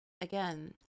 again